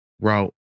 route